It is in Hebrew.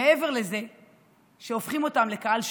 מעבר לזה שהופכים אותם לקהל שבוי,